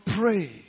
pray